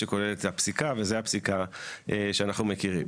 שקובעת הפסיקה וזה הפסיקה שאנחנו מכירים.